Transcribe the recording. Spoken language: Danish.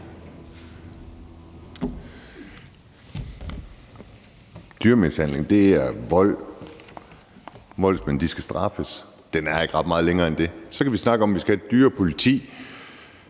Dyremishandling er vold, og voldsmænd skal straffes. Den er ikke ret meget længere end det. Så kan vi snakke om, om vi skal have et dyrepoliti.